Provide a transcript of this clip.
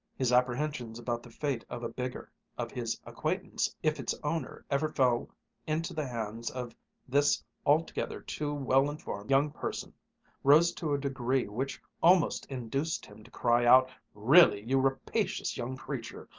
his apprehensions about the fate of a bigger of his acquaintance if its owner ever fell into the hands of this altogether too well-informed young person rose to a degree which almost induced him to cry out, really, you rapacious young creature,